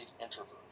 introvert